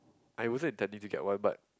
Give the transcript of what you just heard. I wasn't intending to get one but